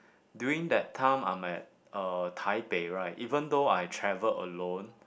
during that time I'm at uh Taipei right even though I travel alone